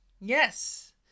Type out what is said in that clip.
yes